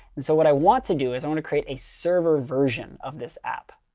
so what i want to do is i want to create a server version of this app.